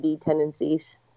tendencies